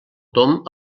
tomb